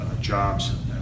jobs